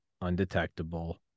undetectable